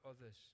others